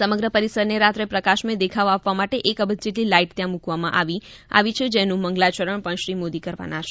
સમગ્ર પરિસરને રાત્રે પ્રકાશમય દેખાવ આપવા માટે એક અબજ જેટલી લાઈટ ત્યાં મૂકવામાં આવી છે જેનું મંગલાચરણ પણ શ્રી મોદી કરવાના છે